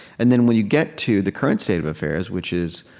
and then when you get to the current state of affairs, which is